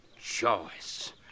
Choice